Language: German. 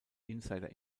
insider